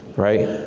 right?